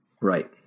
Right